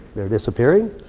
they're disappearing.